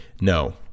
no